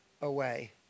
away